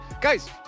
Guys